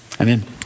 amen